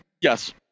Yes